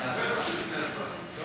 קודם, לפני ההצבעה.